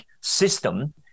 system